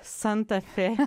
santa fe